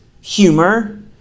humor